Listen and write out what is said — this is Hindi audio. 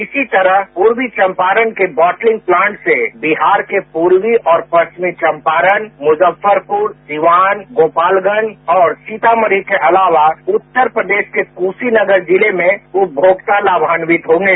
इसी तरह पूर्वी चंपारण के बॉटलिंग प्लांट से बिहार के पूर्वी और परिचमी चंपारण मुजफ्फरपुर सीवान गोपालगंज और सीतामढ़ी के अलावा उत्तर प्रदेश के क्शीनगर जिले में उपमोक्ता लामान्वित होंगे